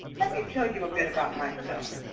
let me tell you a bit about myself.